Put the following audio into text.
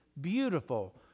beautiful